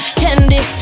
candy